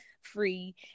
free